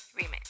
Remix